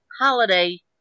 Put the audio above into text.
holiday